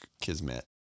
kismet